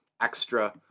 extra